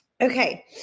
Okay